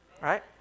right